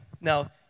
Now